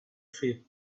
faith